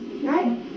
right